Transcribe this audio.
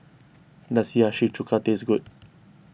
does Hiyashi Chuka taste good